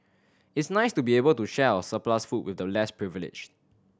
it's nice to be able to share our surplus food with the less privileged